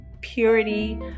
purity